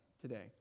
today